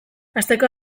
asteko